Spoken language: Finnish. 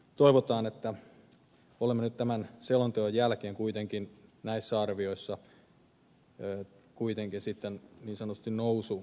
toivotaan että olemme nyt tämän selonteon jälkeen näissä arvioissa kuitenkin sitten niin sanotusti nousu uralla